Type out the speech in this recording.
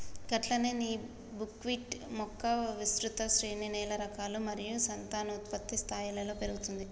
గట్లనే నీ బుక్విట్ మొక్క విస్తృత శ్రేణి నేల రకాలు మరియు సంతానోత్పత్తి స్థాయిలలో పెరుగుతుంది